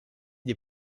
des